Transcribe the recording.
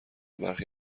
برخی